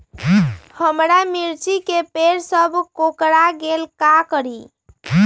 हमारा मिर्ची के पेड़ सब कोकरा गेल का करी?